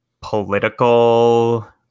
political